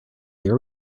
year